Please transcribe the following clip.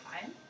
time